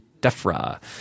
DEFRA